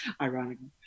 ironically